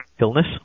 illness